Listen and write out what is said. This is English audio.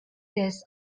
this